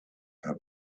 have